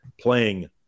playing